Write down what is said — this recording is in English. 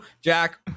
Jack